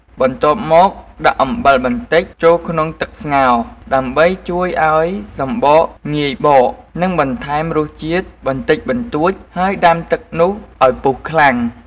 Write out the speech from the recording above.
បន្ទាប់មកដាក់អំបិលបន្តិចចូលក្នុងទឹកស្ងោរ ដើម្បីជួយឱ្យសំបកងាយបក និងបន្ថែមរសជាតិបន្តិចបន្ទួច ហើយដាំទឹកនោះឱ្យពុះខ្លាំង។